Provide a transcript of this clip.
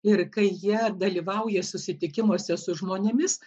ir kai jie dalyvauja susitikimuose su žmonėmis